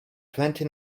twenty